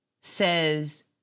says